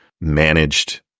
managed